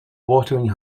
watering